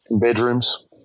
bedrooms